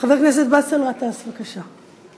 חבר הכנסת באסל גטאס, בבקשה.